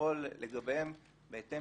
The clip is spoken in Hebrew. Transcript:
לפעול לגביהם בהתאם